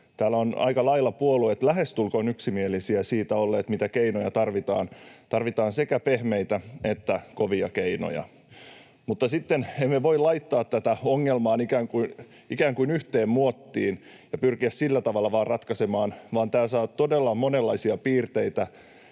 puolueet aika lailla, lähestulkoon yksimielisiä olleet siitä, mitä keinoja tarvitaan. Tarvitaan sekä pehmeitä että kovia keinoja. Mutta emme voi laittaa tätä ongelmaa ikään kuin yhteen muottiin ja pyrkiä vain sillä tavalla ratkaisemaan, vaan tämä saa todella monenlaisia piirteitä: